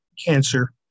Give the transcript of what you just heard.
cancer